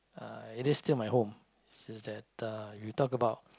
uh it is still my home just that uh you talk about